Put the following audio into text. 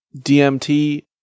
DMT